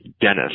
Dennis